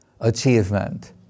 achievement